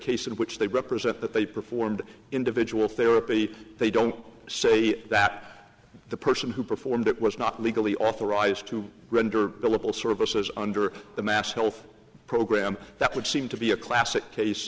case in which they represent that they performed individual therapy they don't say that the person who performed it was not legally authorized to render billable services under the mass health program that would seem to be a classic case